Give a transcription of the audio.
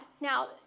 Now